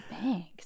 thanks